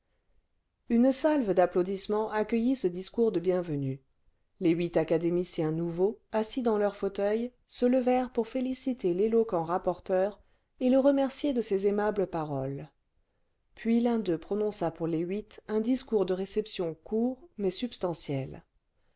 une salve d'applaudissements accueillit ce discours de bienvenue les huit académiciens nouveaux assis dans leurs fauteuils se levèrent pour féliciter l'éloquent rapporteur et le remercier de ses aimables paroles puis l'un d'eux prononça pour les huit un discours de réception court mais substantiel